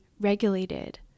regulated